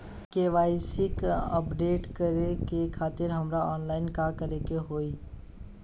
KYC update करे खातिर हमरा ऑनलाइन का करे के होई?